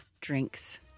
drinks